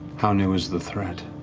how new is the threat?